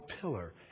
pillar